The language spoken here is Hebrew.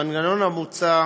המנגנון המוצע